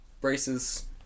braces